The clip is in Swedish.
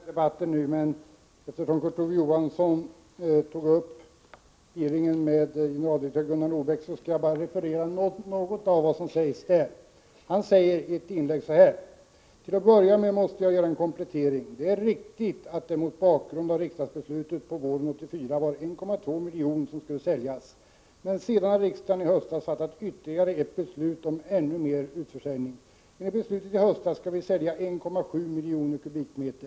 Herr talman! Eftersom Kurt Ove Johansson tog upp hearingen med generaldirektör Gunnar Nordbeck skall jag bara referera något av vad han sade: ”Till att börja med måste jag göra en komplettering. Det är riktigt att det mot bakgrund av riksdagsbeslutet på våren 1984 var 1,2 miljon som skulle säljas, men sedan har riksdagen i höstas fattat ytterligare ett beslut om ännu mer utförsäljning. Enligt beslutet i höstas skall vi sälja 1,7 miljon m?.